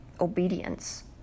obedience